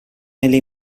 nelle